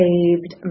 Saved